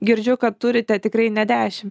girdžiu kad turite tikrai ne dešim